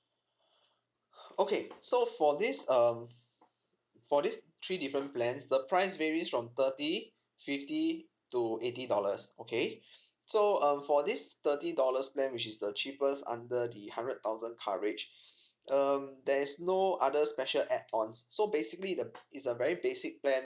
okay so for this um f~ for these three different plans the price varies from thirty fifty to eighty dollars okay so um for this thirty dollars plan which is the cheapest under the hundred thousand coverage um there's no other special add ons so basically the p~ it's a very basic plan